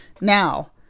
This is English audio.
now